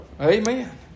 Amen